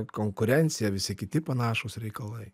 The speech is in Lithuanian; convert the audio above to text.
konkurencija visi kiti panašūs reikalai